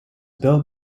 built